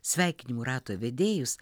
sveikinimų rato vedėjus